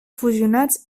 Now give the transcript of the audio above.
fusionats